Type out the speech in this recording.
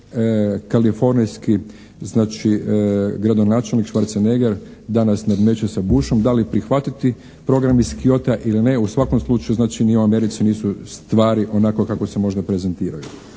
kalifornijski znači gradonačelnik Schwarzeneger danas nadmeće sa Bushom da li prihvatiti program iz Kyota ili ne? U svakom slučaju znači ni u Americi nisu stvari onako kako se možda prezentiraju.